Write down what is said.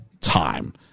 time